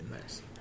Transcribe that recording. Nice